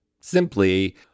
simply